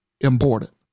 important